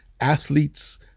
athletes